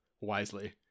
wisely